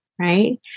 right